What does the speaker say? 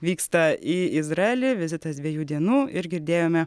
vyksta į izraelį vizitas dviejų dienų ir girdėjome